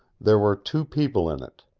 there were two people in it.